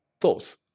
thoughts